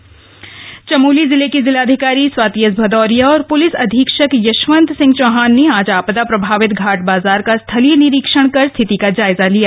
अतिवृष्टि से नुकसान चमोली जिले की जिलाधिकारी स्वाति एस भदौरिया औार पुलिस अधीक्षक यशवंत सिंह चौहान ने आज आपदा प्रभावित घाट बाजार का स्थलीय निरीक्षण कर स्थिति का जायजा लिया